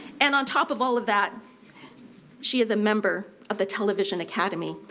and on top of all of that she is a member of the television academy.